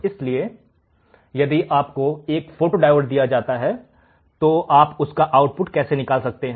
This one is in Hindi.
इसलिए यदि आपको एक फोटोडायोड दिया जाता है तो आप आउटपुट को कैसे माप सकते हैं